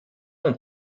ont